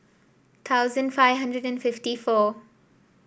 thousand five hundred and fifty four